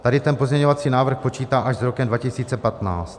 Tady ten pozměňovací návrh počítá až s rokem 2015.